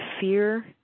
fear